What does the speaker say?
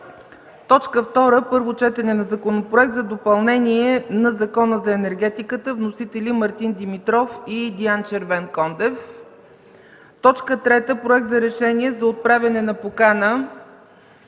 г. 2. Първо четене на Законопроект за допълнение на Закона за енергетиката. Вносители – Мартин Димитров и Диан Червенкондев. 3. Проект за решение за отправяне на покана